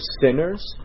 sinners